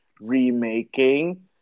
remaking